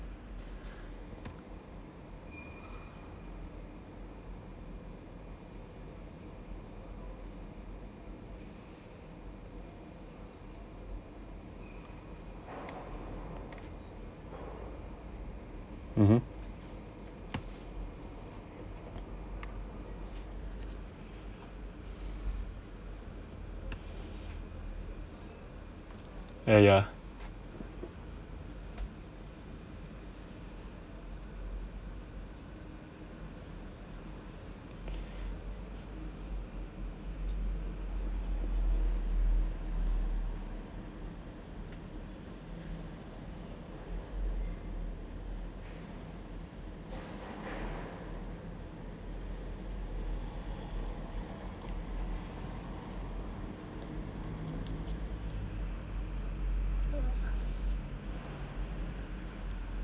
mmhmm ya ya